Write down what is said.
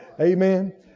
Amen